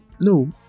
no